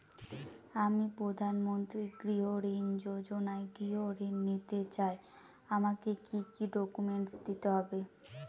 আমি প্রধানমন্ত্রী গৃহ ঋণ যোজনায় গৃহ ঋণ নিতে চাই আমাকে কি কি ডকুমেন্টস দিতে হবে?